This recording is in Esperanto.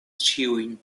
ĉiujn